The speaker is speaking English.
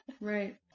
right